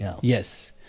yes